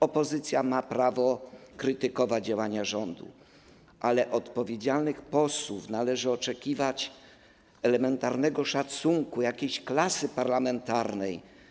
Opozycja ma prawo krytykować działania rządu, ale od odpowiedzialnych posłów należy oczekiwać tak po ludzku elementarnego szacunku, jakiejś klasy parlamentarnej.